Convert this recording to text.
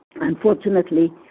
unfortunately